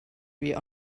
wie